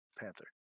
panther